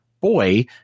Boy